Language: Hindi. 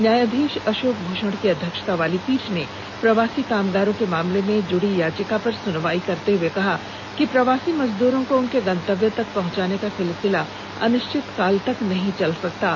न्यायधीश अशोक भूषण की अध्यक्षता वाली पीठ ने प्रवासी कामगारों के मामले से जुड़ी याचिका पर सुनवाई करते हुए कहा कि प्रवासी मजदूरों को उनके गंतव्य तक पहुंचाने का सिलसिला अनिश्चितकाल तक नहीं चल सकता है